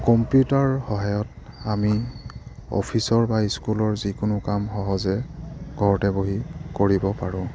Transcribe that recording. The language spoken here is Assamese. কম্পিউটাৰ সহায়ত আমি অফিচৰ বা স্কুলৰ যিকোনো কাম সহজে ঘৰতে বহি কৰিব পাৰোঁ